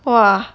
!wah!